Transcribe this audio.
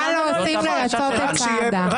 מה לא עושים לרצות את סעדה.